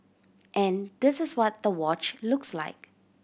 and this is what the watch looks like